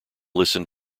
listen